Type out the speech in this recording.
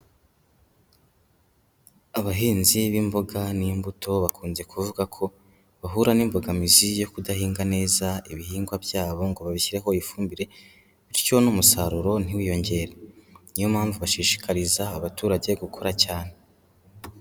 Abahinzi b'imboga n'imbuto bakunze kuvuga ko bahura n'imbogamizi yo kudahinga neza ibihingwa byabo ngo babishyireho ifumbire, bityo n'umusaruro ntiwiyongere. Ni yo mpamvu bashishikariza abaturage gukora cyane.